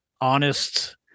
honest